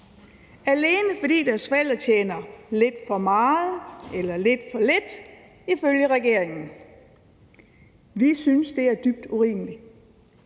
alene fordi deres forældre tjener lidt for meget eller lidt for lidt ifølge regeringen. Vi synes, det er dybt urimeligt.